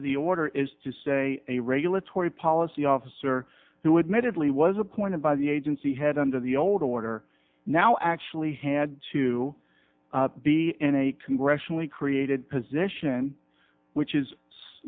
of the order is to say a regulatory policy officer who admittedly was appointed by the agency had under the old order now actually had to be in a congressionally created position which is